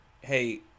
hey